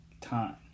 time